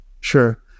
sure